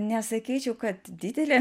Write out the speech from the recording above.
nesakyčiau kad didelė